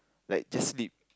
like just sleep